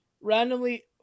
randomly